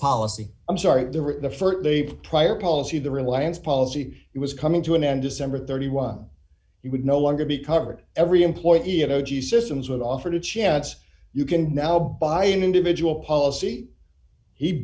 policy i'm sorry the st day prior policy the reliance policy it was coming to an end december thirty one you would no longer be covered every employee of energy systems were offered a chance you can now buy an individual policy he